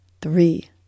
three